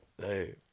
Hey